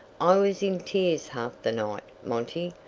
i was in tears half the night, monty,